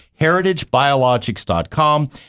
heritagebiologics.com